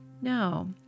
No